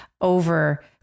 over